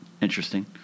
Interesting